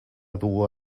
dur